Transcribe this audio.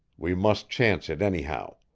we must chance it, anyhow.